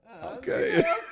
Okay